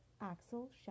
Axel